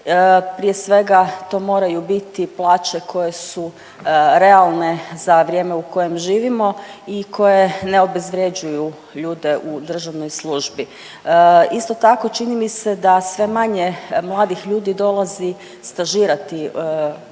prije svega to moraju biti plaće koje su realne za vrijeme u kojem živimo i koje ne obezvrjeđuju ljude u državnoj službi. Isto tako čini mi se da sve manje mladih ljudi dolazi stažirati u